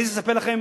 אני צריך לספר לכם